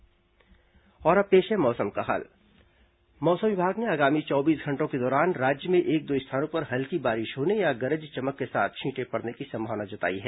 मौसम और अब पेश है मौसम का हाल मौसम विभाग ने आगामी चौबीस घंटों के दौरान राज्य में एक दो स्थानों पर हल्की बारिश होने या गरज चमक के साथ छींटे पड़ने की संभावना जताई है